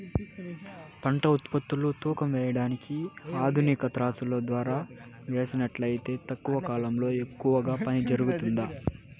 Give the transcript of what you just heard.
పంట ఉత్పత్తులు తూకం వేయడానికి ఆధునిక త్రాసులో ద్వారా వేసినట్లు అయితే తక్కువ కాలంలో ఎక్కువగా పని జరుగుతుందా?